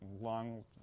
Long